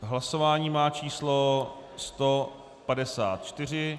Hlasování má číslo 154.